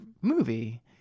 movie